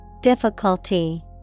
Difficulty